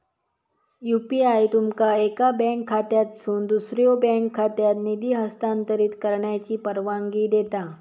UPI तुमका एका bank खात्यातसून दुसऱ्यो बँक खात्यात निधी हस्तांतरित करण्याची परवानगी देता